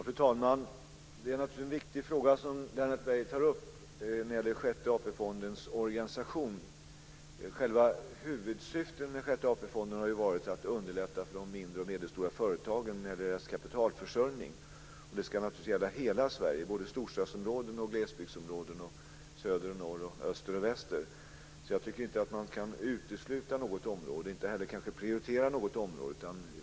Fru talman! Det är en viktig fråga som Lennart Beijer tar upp om Sjätte AP-fondens organisation. Själva huvudsyftet med Sjätte AP-fonden har varit att underlätta för mindre och medelstora företagens kapitalförsörjning. Det ska naturligtvis gälla hela Sverige i storstadsområden och glesbygdsområden, i söder och norr och i öster och väster. Jag tycker inte att man kan utesluta något område och kanske inte heller prioritera något område.